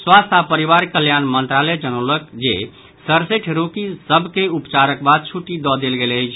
स्वास्थ्य आ परिवार कल्याण मंत्रालय जनौलक जे सढ़सठि रोगी सभ के उपचारक बाद छुट्टी दऽ देल गेल अछि